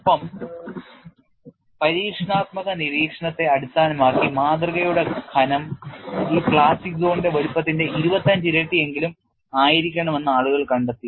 ഒപ്പം പരീക്ഷണാത്മക നിരീക്ഷണത്തെ അടിസ്ഥാനമാക്കി മാതൃകയുടെ കനം ഈ പ്ലാസ്റ്റിക് സോണിന്റെ വലുപ്പത്തിന്റെ 25 ഇരട്ടിയെങ്കിലും ആയിരിക്കണമെന്ന് ആളുകൾ കണ്ടെത്തി